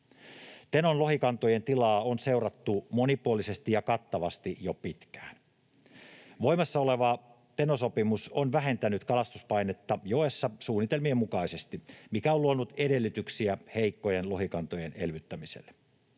Tenon lohikantojen tilaa on seurattu monipuolisesti ja kattavasti jo pitkään. Voimassa oleva Teno-sopimus on vähentänyt kalastuspainetta joessa suunnitelmien mukaisesti, mikä on luonut edellytyksiä heikkojen lohikantojen elvyttämiselle.